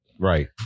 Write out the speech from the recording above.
Right